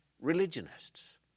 religionists